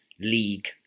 league